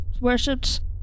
worshipped